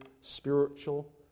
spiritual